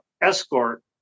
escort